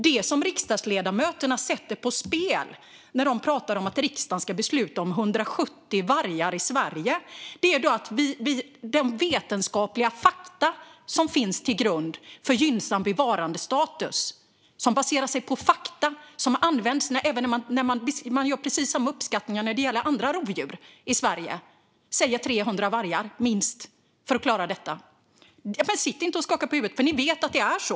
Det riksdagsledamöterna sätter på spel när de pratar om att riksdagen ska besluta om 170 vargar i Sverige är de vetenskapliga fakta som ligger till grund för gynnsam bevarandestatus - man gör precis samma uppskattningar baserade på fakta när det gäller andra rovdjur i Sverige - och som säger minst 300 vargar för att klara detta. Sitt inte och skaka på huvudet, för ni vet att det är så!